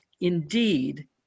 indeed